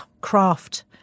craft